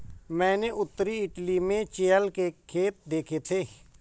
मैंने उत्तरी इटली में चेयल के खेत देखे थे